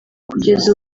kugeza